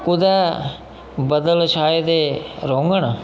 कुतै बदल छाए दे रौह्ङन